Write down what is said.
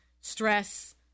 stress